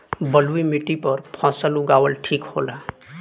बलुई माटी पर फसल उगावल ठीक होला?